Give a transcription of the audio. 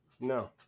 No